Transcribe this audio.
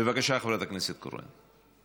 בבקשה, חברת הכנסת קורן.